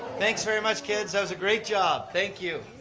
thanks very much kids that was a great job, thank you.